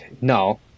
no